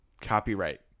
Copyright